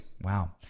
Wow